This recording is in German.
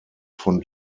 von